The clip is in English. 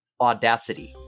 audacity